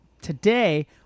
Today